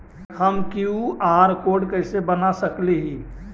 हम QR code कैसे बना सकली ही?